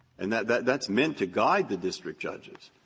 and that that that's meant to guide the district judges.